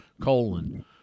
colon